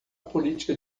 política